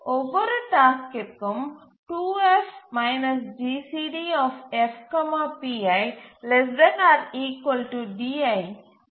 ஒவ்வொரு டாஸ்க்கிற்கும் 2F GCD F pi ≤ di ஐச் சரிபார்க்கிறோம்